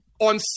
On